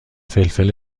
فلفل